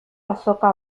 azoka